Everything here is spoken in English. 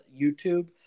YouTube